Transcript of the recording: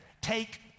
take